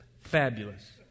fabulous